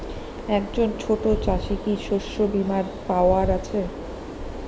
একজন ছোট চাষি কি শস্যবিমার পাওয়ার আছে?